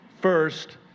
First